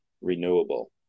renewable